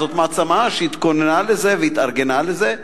זאת מעצמה שהתכוננה לזה והתארגנה לזה,